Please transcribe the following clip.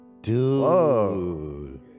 DUDE